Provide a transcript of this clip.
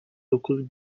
dokuz